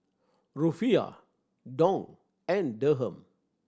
Rufiyaa Dong and Dirham